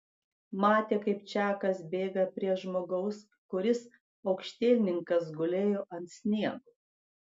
matė kaip čakas bėga prie žmogaus kuris aukštielninkas gulėjo ant sniego